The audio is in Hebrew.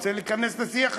רוצה להיכנס לשיח הציבורי,